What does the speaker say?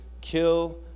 kill